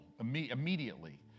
immediately